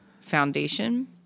foundation